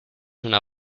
una